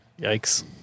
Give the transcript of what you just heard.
Yikes